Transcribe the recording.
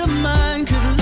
mind